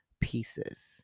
pieces